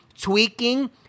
tweaking